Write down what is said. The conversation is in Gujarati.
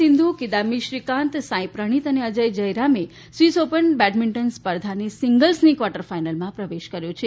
સિંધુ કિદામ્બી શ્રીકાંત સાઇ પ્રણીત અને અજય જયરામે સ્વીસ ઓપન બેડમીંટન સ્પર્ધાની સીંગલ્સની ક્વાર્ટર ફાઈનલમાં પ્રવેશ કર્યો છે